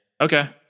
Okay